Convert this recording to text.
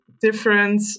different